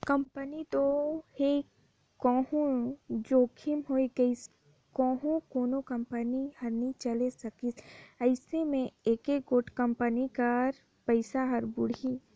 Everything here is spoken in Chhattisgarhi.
कंपनी दो हे कहों जोखिम होए गइस कहों कोनो कंपनी हर नी चले सकिस अइसे में एके गोट कंपनी कर पइसा हर बुड़ही